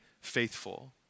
faithful